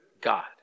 God